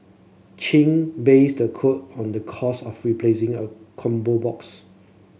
Chin based the quote on the cost of replacing a combo box